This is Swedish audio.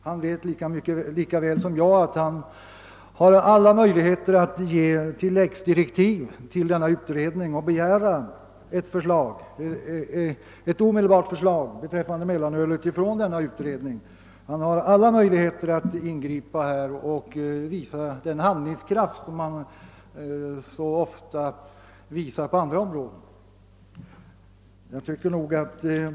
Finansministern vet lika väl som jag att han har alla möjligheter att ge tilläggsdirektiv till denna utredning och begära ett omedelbart förslag beträffande mellanölet. Han har alla möjligheter att ingripa och visa den handlingskraft som han så ofta visar inom andra områden.